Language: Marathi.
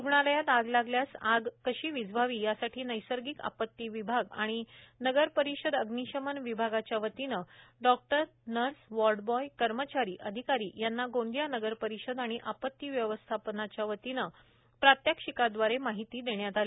रुग्णालयात आग लागल्यास आग कशी विझवावी यासाठी नैसर्गिक आपती विभाग आणि नगरपरिषद अग्निशमन विभागाच्या वतीने डॉकटर नर्स वॉर्ड बॉय कर्मचारी अधिकारी यांना गोंदिया नगरपरिषद आणि आपती व्यवस्थापनाच्या वतीने प्रात्यक्षिकादवारे माहिती देण्यात आली